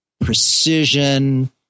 precision